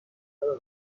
بالاتر